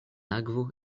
akvo